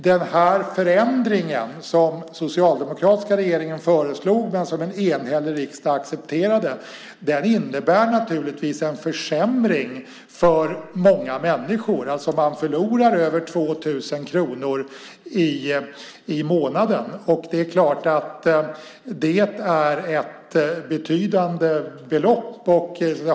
Den förändring som den socialdemokratiska regeringen föreslog, och som en enhällig riksdag accepterade, innebär naturligtvis en försämring för många människor. Man förlorar alltså över 2 000 kr i månaden, och det är ett betydande belopp.